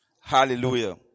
Hallelujah